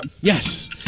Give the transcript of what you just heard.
yes